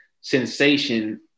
sensation